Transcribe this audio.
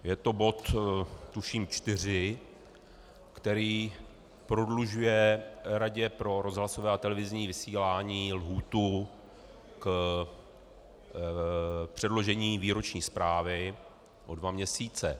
Je to bod, tuším, 4, který prodlužuje Radě pro rozhlasové a televizní vysílání lhůtu k předložení výroční zprávy o dva měsíce.